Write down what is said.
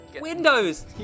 Windows